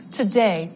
today